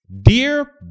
dear